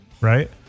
right